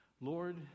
Lord